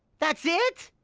thats' it?